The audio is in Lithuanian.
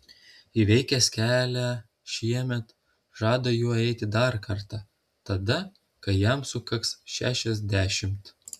įveikęs kelią šiemet žada juo eiti dar kartą tada kai jam sukaks šešiasdešimt